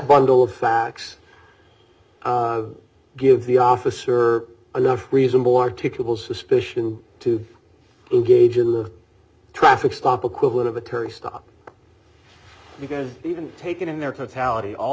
bundle of facts give the officer enough reasonable articulable suspicion d to engage in the traffic stop equivalent of a terry stop because even taken in their